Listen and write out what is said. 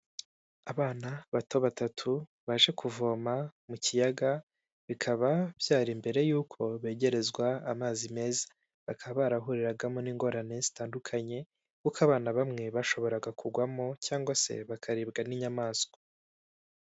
Abana bato batatu baje kuvoma mu kiyaga, bikaba byari mbere y'uko begerezwa amazi meza, bakaba barahuriragamo n'ingorane zitandukanye, kuko abana bamwe bashoboraga kugwamo cyangwa se bakaribwa n'inyamaswa.